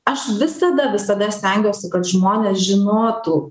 aš visada visada stengiuosi kad žmonės žinotų